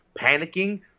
panicking